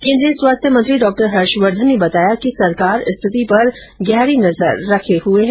केन्द्रीय स्वास्थ्य मंत्री डॉ हर्षवर्धन ने बताया कि सरकार स्थिति पर गहरी नजर रखे हुए हैं